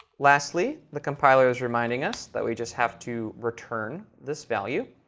lastly, the compiler is reminding us that we just have to return this value.